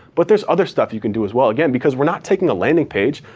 but there's other stuff you can do as well. again, because we're not taking a landing page,